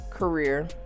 career